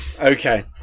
Okay